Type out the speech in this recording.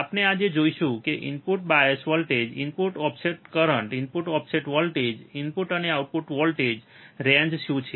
આપણે આજે જોશું કે input bias voltage input offset current input offset voltage input અને આઉટપુટ વોલ્ટેજ રેન્જ શું છે